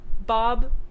Bob